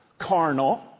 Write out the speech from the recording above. carnal